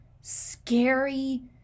scary